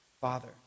father